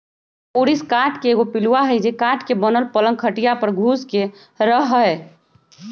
ऊरिस काठ के एगो पिलुआ हई जे काठ के बनल पलंग खटिया पर घुस के रहहै